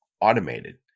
automated